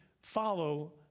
follow